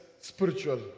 spiritual